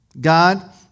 God